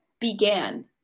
began